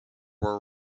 were